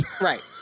Right